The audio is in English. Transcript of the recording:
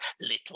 little